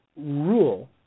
rule